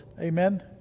Amen